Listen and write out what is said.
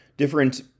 different